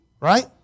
Right